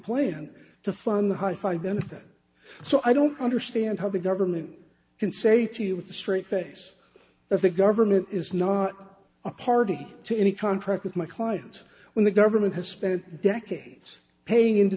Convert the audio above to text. plan to fund the high side benefit so i don't understand how the government can say to you with a straight face that the government is not a party to any contract with my clients when the government has spent decades paying into